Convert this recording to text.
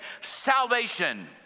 Salvation